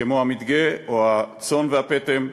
כמו המדגה או הצאן והפטם.